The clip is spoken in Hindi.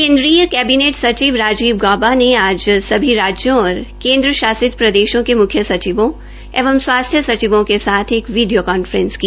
केन्द्रीय केबिनेट सचिव राजीव गौबा ने आज सभी राज्यों ओर केन्द्र शासित प्रदेशों के मुख्य सचिवों एवं स्वासथ्य सचिवों के साथ एक वीडिया कांफ्रेस की